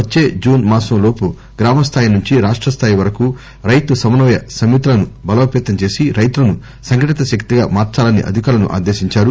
వచ్చే జూన్ మాసం లోపు గ్రామ స్థాయి నుంచి రాష్ట స్థాయి వరకు రైతు సమన్వయ సమితిలను బలోపేతం చేసి రైతులను సంఘటిత శక్తిగా మార్పాలని అధికారులను ఆదేశించారు